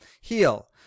heal